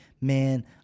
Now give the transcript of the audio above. man